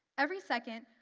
every second,